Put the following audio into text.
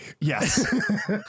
Yes